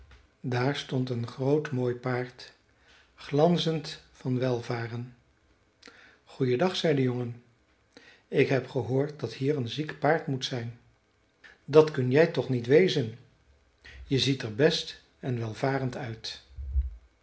daar stond een groot mooi paard glanzend van welvaren goeiendag zei de jongen ik heb gehoord dat hier een ziek paard moet zijn dat kun jij toch niet wezen je ziet er best en welvarend uit